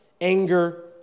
anger